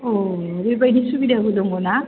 औ बेबायदि सुबिदाबो दङना